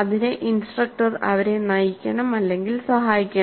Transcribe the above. അതിന് ഇൻസ്ട്രക്ടർ അവരെ നയിക്കണം സഹായിക്കണം